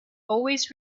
always